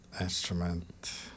instrument